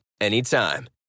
anytime